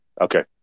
Okay